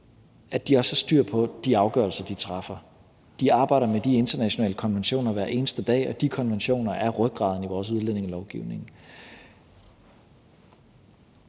også har styr på de afgørelser, de træffer. De arbejder med de internationale konventioner hver eneste dag, og de konventioner er rygraden i vores udlændingelovgivning.